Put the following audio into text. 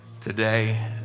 today